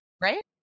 Right